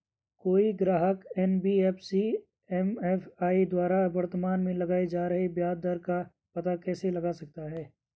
कोई ग्राहक NBFC MFI द्वारा वर्तमान में लगाए जा रहे ब्याज दर का पता कैसे लगा सकता है?